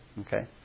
okay